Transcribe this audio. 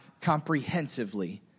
comprehensively